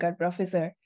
professor